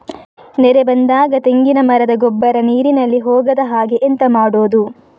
ನೆರೆ ಬಂದಾಗ ತೆಂಗಿನ ಮರದ ಗೊಬ್ಬರ ನೀರಿನಲ್ಲಿ ಹೋಗದ ಹಾಗೆ ಎಂತ ಮಾಡೋದು?